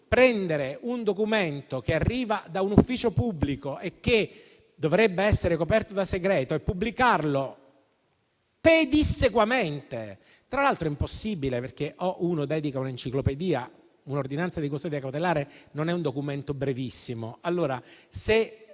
prendere un documento che arriva da un ufficio pubblico, che dovrebbe essere coperto da segreto e pubblicarlo pedissequamente è, tra l'altro, anche impossibile, perché gli andrebbe dedicata un'enciclopedia dal momento che un'ordinanza di custodia cautelare non è un documento brevissimo.